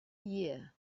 year